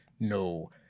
No